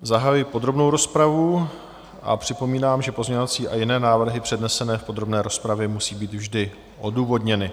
Zahajuji podrobnou rozpravu a připomínám, že pozměňovací a jiné návrhy přednesené v podrobné rozpravě musí být vždy odůvodněny.